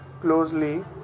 closely